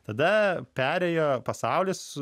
tada perėjo pasaulis